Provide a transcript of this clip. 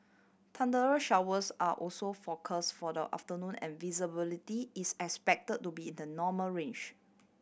thundery showers are also forecast for the afternoon and visibility is expected to be in the normal range